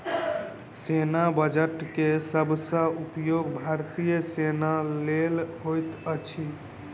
सेना बजट के सब सॅ उपयोग भारतीय सेना लेल होइत अछि